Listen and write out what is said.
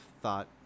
thought